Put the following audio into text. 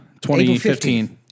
2015